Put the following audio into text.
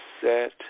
set